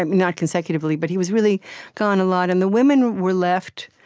and not consecutively, but he was really gone a lot. and the women were left,